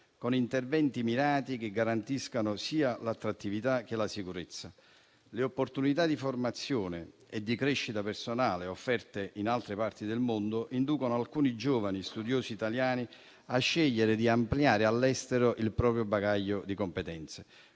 con interventi mirati che garantiscano sia l'attrattività che la sicurezza. Le opportunità di formazione e di crescita personale offerte in altre parti del mondo inducono alcuni giovani studiosi italiani a scegliere di ampliare all'estero il proprio bagaglio di competenze.